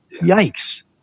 yikes